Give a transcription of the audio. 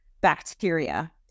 bacteria